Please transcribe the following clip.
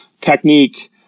technique